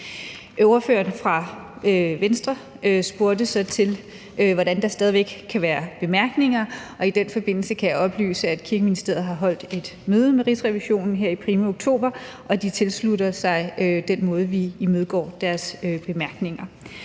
Ordføreren fra Venstre spurgte så til, hvordan der stadig væk kan være bemærkninger, og i den forbindelse kan jeg oplyse, at Kirkeministeriet har holdt et møde med Rigsrevisionen her primo oktober, og at de tilslutter sig den måde, vi imødegår deres bemærkninger.